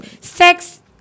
sex